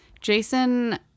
jason